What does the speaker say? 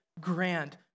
grand